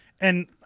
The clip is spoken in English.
and-